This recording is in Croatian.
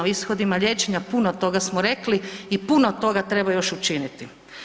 O ishodima liječenja puno toga smo rekli i puno toga treba još učiniti.